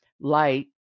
light